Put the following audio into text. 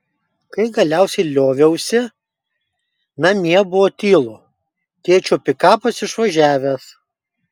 kai galiausiai lioviausi namie buvo tylu tėčio pikapas išvažiavęs